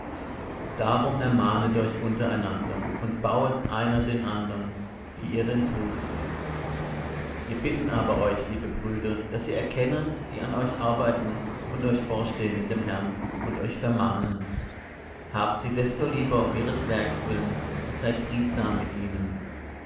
darum ermahnet euch untereinander und bauet einer den andern wie ihr denn tut wir bitten aber euch liebe brüder daß ihr erkennet die an euch arbeiten und euch vorstehen in dem herrn und euch vermahnen habt sie desto lieber um ihres werks willen und seid friedsam mit ihnen